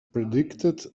predicted